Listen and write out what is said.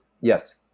yes